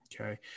okay